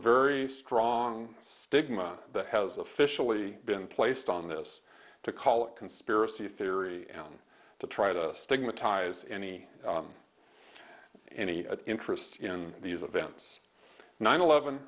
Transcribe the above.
very strong stigma that has officially been placed on this to call it conspiracy theory and to try to stigmatize any any interest in these events nine eleven